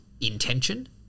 intention